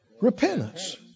Repentance